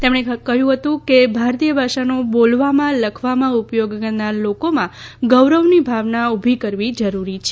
તેમણે કહ્યું કે ભારતીય ભાષાનો બોલવામાં લખવામાં ઉપયોગ કરનાર લોકોમાં ગૌરવની ભાવના ઉભી કરવી જરૂરી છે